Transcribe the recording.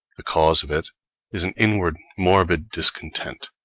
the cause of it is an inward morbid discontent,